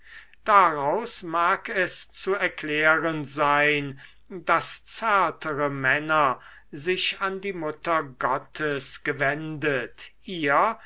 daraus mag es auch zu erklären sein daß zärtere männer sich an die mutter gottes gewendet ihr